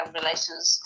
relations